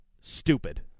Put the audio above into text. Stupid